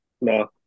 No